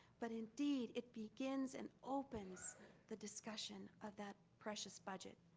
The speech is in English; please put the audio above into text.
but indeed, it begins and opens the discussion of that precious budget.